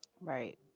Right